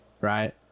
right